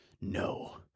No